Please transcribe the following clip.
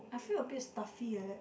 I feel a bit stuffy like that